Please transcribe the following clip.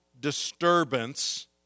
disturbance